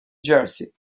jersey